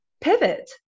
pivot